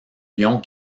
lions